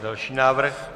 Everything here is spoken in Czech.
Další návrh.